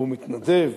והוא מתנדב,